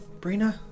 Brina